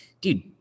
dude